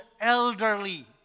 elderly